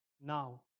now